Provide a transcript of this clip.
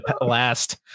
last